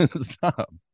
Stop